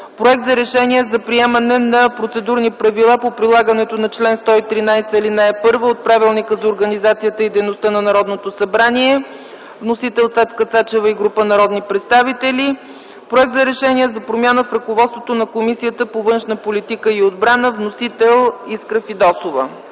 Проект на Решение за приемане на Процедурни правила по прилагането на чл. 113, ал. 1 от Правилника за организацията и дейността на Народното събрание. Вносител е Цецка Цачева и група народни представители. - Проект за Решение за промяна в ръководството на Комисията по външна политика и отбрана. Вносител е народният